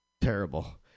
terrible